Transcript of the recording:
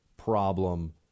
problem